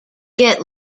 get